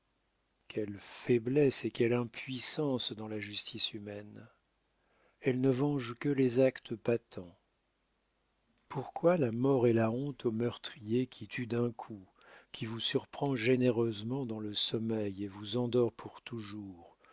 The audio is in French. quelle faiblesse et quelle impuissance dans la justice humaine elle ne venge que les actes patents pourquoi la mort et la honte au meurtrier qui tue d'un coup qui vous surprend généreusement dans le sommeil et vous endort pour toujours